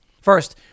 First